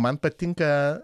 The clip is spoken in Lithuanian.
man patinka